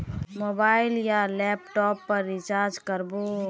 Mobile या laptop पेर recharge कर बो?